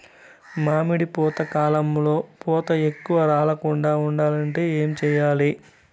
మామిడి పూత కాలంలో పూత ఎక్కువగా రాలకుండా ఉండాలంటే ఏమి చెయ్యాలి?